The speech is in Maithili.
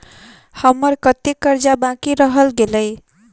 हम्मर कत्तेक कर्जा बाकी रहल गेलइ?